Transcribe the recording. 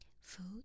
Food